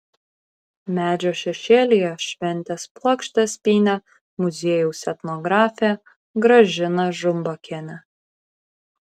medžio šešėlyje šventės puokštes pynė muziejaus etnografė gražina žumbakienė